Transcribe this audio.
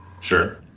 Sure